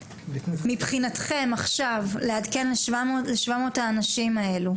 מבחינתכם עכשיו לעדכן לשבע מאות האנשים האלו,